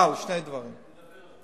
אבל, שני דברים: א.